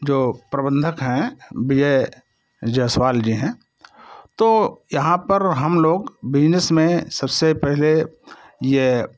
जो प्रबंधक हैं विजय जयसवाल जी हैं तो यहाँ पर हम लोग बिजनेस में सबसे पहले ये